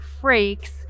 freaks